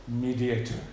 mediator